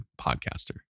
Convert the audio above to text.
podcaster